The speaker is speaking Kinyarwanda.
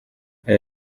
aya